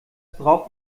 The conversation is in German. braucht